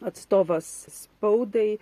atstovas spaudai